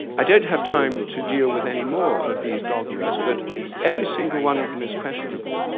i don't have time to deal with any more of these dogmas, but every single one of them is questionable.